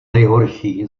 nejhorší